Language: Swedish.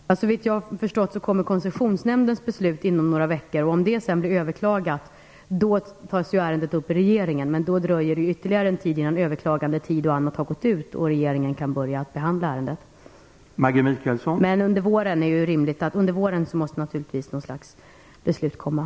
Herr talman! Såvitt jag har förstått kommer Koncessionsnämndens beslut inom några veckor. Om det sedan överklagas tas ärendet upp i regeringen. Men då dröjer det ytterligare en tid innan överklagandetiden har gått ut och regeringen kan börja behandla ärendet. Men under våren måste ett beslut fattas.